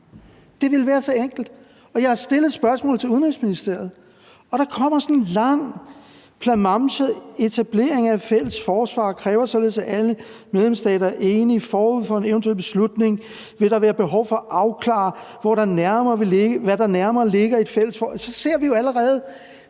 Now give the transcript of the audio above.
Det ville være så enkelt. Jeg har stillet spørgsmålet til Udenrigsministeriet, og der kommer sådan en lang klamamse om, at etablering af et fælles forsvar kræver, at alle medlemsstater er enige, og at der forud for en eventuel beslutning vil være behov for at afklare, hvad der nærmere ligger i et fælles forsvar. Så ser vi det jo allerede.